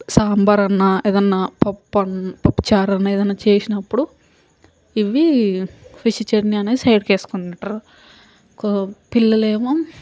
స సాంబార్ అన్నా ఏదన్నా పప్పు అన్న పప్పుచారు అన్నా చేసినప్పుడు ఇవ్వి ఫిష్ చట్నీ అనేది సైడ్కి వేసుకుంటారు క పిల్లలు ఏమో